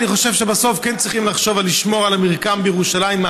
אני חושב שבסוף כן צריכים לחשוב לשמור על המרקם בירושלים,